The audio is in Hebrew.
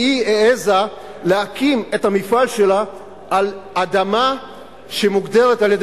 כי היא העזה להקים את המפעל שלה על אדמה שמוגדרת על-ידי